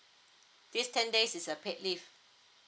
these ten days is a paid leave